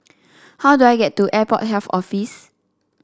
how do I get to Airport Health Office